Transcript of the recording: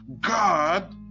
God